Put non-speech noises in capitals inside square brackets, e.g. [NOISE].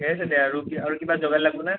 [UNINTELLIGIBLE] আৰু কিবা আৰু কিবা যোগাৰ লাগিব নে